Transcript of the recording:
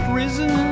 risen